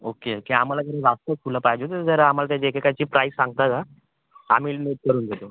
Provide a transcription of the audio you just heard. okay okay आम्हाला की नाही जास्तच फुलं पाहिजे होते जरा आम्हाला त्याची एकेकाची प्राईस सांगता का आम्ही नोट करून घेतो